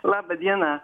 laba diena